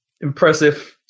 impressive